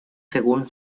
según